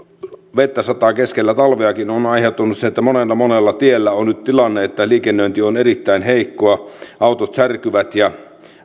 vettä sataa keskellä talveakin ovat aiheuttaneet sen että monella monella tiellä on nyt tilanne että liikennöinti on erittäin heikkoa autot särkyvät ja